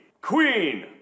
queen